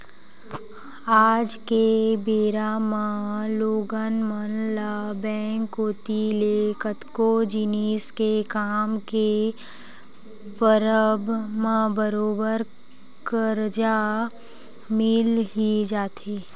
आज के बेरा म लोगन मन ल बेंक कोती ले कतको जिनिस के काम के परब म बरोबर करजा मिल ही जाथे